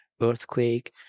earthquake